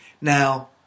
Now